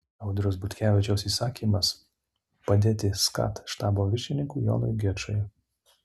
audriaus butkevičiaus įsakymas padėti skat štabo viršininkui jonui gečui